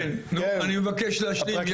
כן, אני מבקש להשלים.